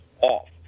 off